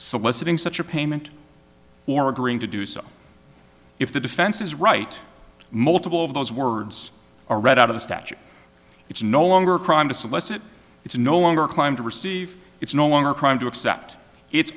soliciting such a payment or agreeing to do so if the defense is right multiple of those words are read out of the statute it's no longer a crime to solicit it's no longer climb to receive it's no longer a crime to accept it